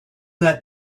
that